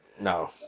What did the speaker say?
no